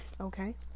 Okay